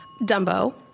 Dumbo